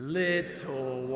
little